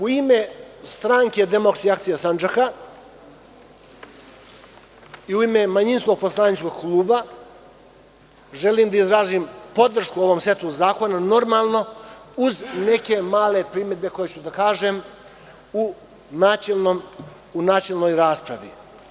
U ime SDA Sandžaka i u ime manjinskog poslaničkog kluba, želim da izrazim podršku ovom setu zakona, normalno, uzneke male primedbe koje ću da kažem u načelnoj raspravi.